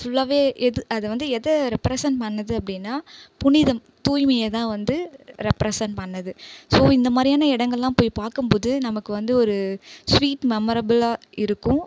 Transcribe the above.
ஃபுல்லாவே எது அதை வந்து எதை ரெப்ரஸண்ட் பண்ணுது அப்படின்னா புனிதம் தூய்மையை தான் வந்து ரெப்ரஸண்ட் பண்ணுது ஸோ இந்தமாதிரியான இடங்கள்லாம் போய் பார்க்கும் போது நமக்கு வந்து ஒரு ஸ்வீட் மெமரபில்லாக இருக்கும்